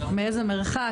מאיזה מרחק,